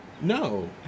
No